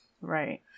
Right